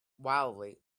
wildly